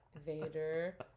vader